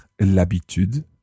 l'habitude